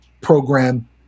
program